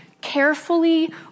Carefully